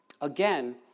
Again